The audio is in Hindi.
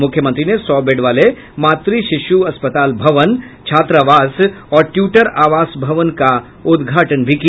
मुख्यमंत्री ने सौ बेड वाले मात्र शिशु अस्पताल भवन छात्रावास और ट्यूटर आवास भवन का उद्घाटन भी किया